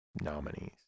nominees